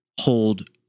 hold